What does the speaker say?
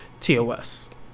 TOS